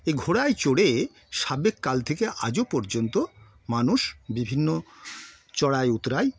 এই ঘোড়ায় চড়ে সাবেক কাল থেকে আজও পর্যন্ত মানুষ বিভিন্ন চড়াই উৎরাই